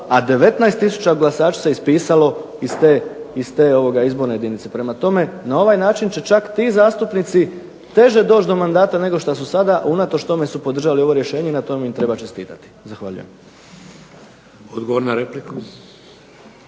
a 19 tisuća glasača se ispisalo iz te izborne jedinice. Prema tome, na ovaj način će čak ti zastupnici teže doći do mandata nego što su sada unatoč tome su podržali ovo rješenje i na tome im treba čestitati. Zahvaljujem. **Šeks,